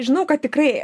žinau kad tikrai